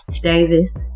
Davis